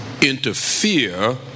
interfere